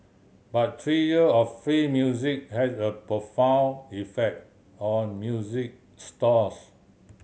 but three year of free music had a profound effect on music stores